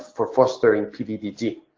for fostering pv dg.